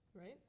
right